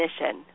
mission